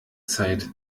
zeit